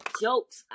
jokes